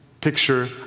picture